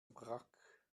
wrack